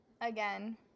again